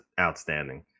outstanding